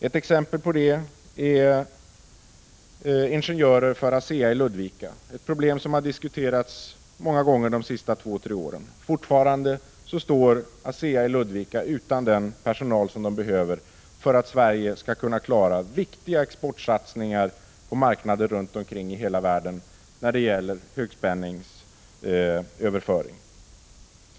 Ett exempel på det är ingenjörer för ASEA i Ludvika — ett problem som har diskuterats många gånger de senaste två tre åren. Fortfarande står ASEA i Ludvika utan den personal som behövs för att Sverige skall kunna klara viktiga exportsatsningar på marknader runt omkring i hela världe: när det gäller högspänningsöverföring.